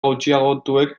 gutxiagotuek